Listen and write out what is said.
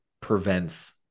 prevents